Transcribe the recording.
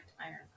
iron